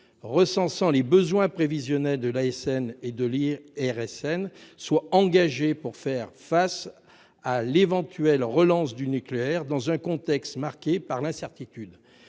recensant les besoins prévisionnels de l'ASN et de l'IRSN soit engagé, pour faire face à l'éventuelle relance du nucléaire dans un contexte marqué par l'incertitude.